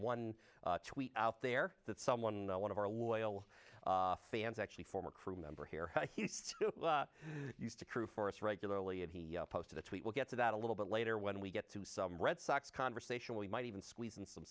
tweet out there that someone one of our loyal fans actually former crew member here used to crew for us regularly and he posted a tweet we'll get to that a little bit later when we get to some red sox conversation we might even squeeze in some